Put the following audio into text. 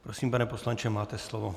Prosím, pane poslanče, máte slovo.